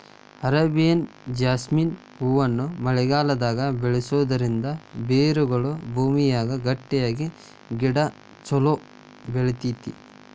Arabian jasmine ಹೂವನ್ನ ಮಳೆಗಾಲದಾಗ ಬೆಳಿಸೋದರಿಂದ ಬೇರುಗಳು ಭೂಮಿಯಾಗ ಗಟ್ಟಿಯಾಗಿ ಗಿಡ ಚೊಲೋ ಬೆಳಿತೇತಿ